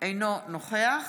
אינו נוכח